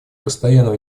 постоянное